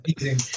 amazing